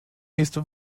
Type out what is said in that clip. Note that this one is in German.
nächste